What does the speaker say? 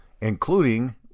including